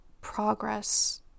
progress